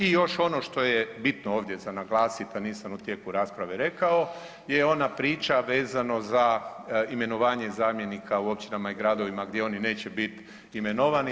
I još ono što je bitno ovdje za naglasiti, a nisam u tijeku rasprave rekao je ona priča vezano za imenovanje zamjenika u općinama i gradovima gdje oni neće biti imenovani.